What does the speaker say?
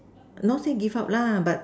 not say give up lah but